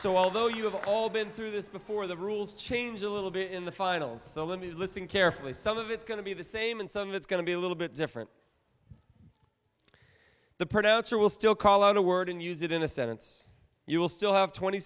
so although you have all been through this before the rules change a little bit in the finals so let me listen carefully some of it's going to be the same and some that's going to be a little bit different the pronouncer will still call out a word and use it in a sentence you will still have twenty